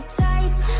tights